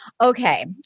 Okay